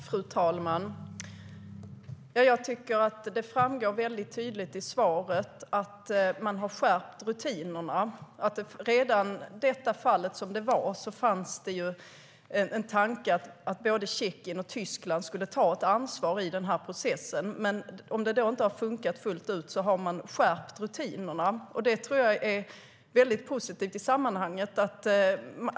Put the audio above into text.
Fru talman! Det framgår tydligt av svaret att rutinerna har skärpts. Redan i detta fall fanns en tanke att både Tjeckien och Tyskland skulle ta ett ansvar i processen. Om det inte har funkat fullt ut har man skärpt rutinerna. Det är positivt i sammanhanget.